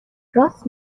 راست